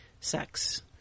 sex